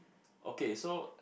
okay so